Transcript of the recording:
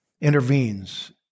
intervenes